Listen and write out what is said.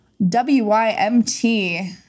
Wymt